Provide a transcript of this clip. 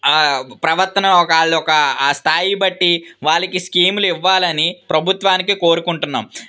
ప్రవర్తన వాళ్ళ యొక్క స్థాయి బట్టి వాళ్ళకి స్కీములు ఇవ్వాలని ప్రభుత్వానికి కోరుకుంటున్నాం